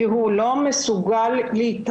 כי הוא לא מסוגל להתארגן,